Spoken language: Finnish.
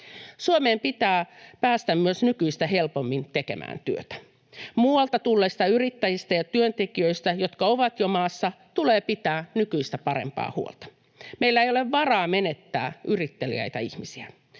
Suomeen pitää päästä myös nykyistä helpommin tekemään työtä. Muualta tulleista yrittäjistä ja työntekijöistä, jotka ovat jo maassa, tulee pitää nykyistä parempaa huolta. Meillä ei ole varaa menettää yritteliäitä ihmisiä.